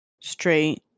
straight